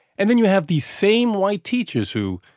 and then you have these same white teachers who,